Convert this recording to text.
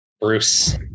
Bruce